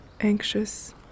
anxious